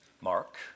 Mark